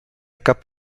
cap